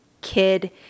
kid